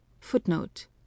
Footnote